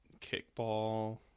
kickball